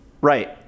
Right